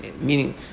meaning